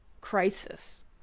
crisis